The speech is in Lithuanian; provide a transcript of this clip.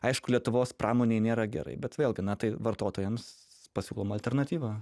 aišku lietuvos pramonei nėra gerai bet vėlgi tai vartotojams pasiūloma alternatyva